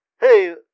Hey